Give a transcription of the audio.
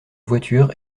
voiture